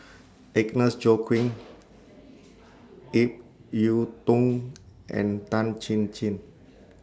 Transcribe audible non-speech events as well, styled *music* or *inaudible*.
Agnes Joaquim *noise* Ip Yiu Tung and Tan Chin Chin